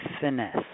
finesse